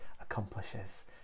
accomplishes